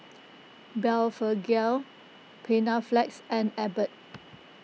Blephagel Panaflex and Abbott